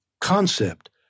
concept